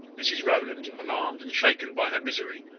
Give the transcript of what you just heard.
mrs rowland, alarmed and shaken by her misery,